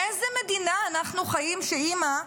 באיזו מדינה אנחנו חיים שאימא,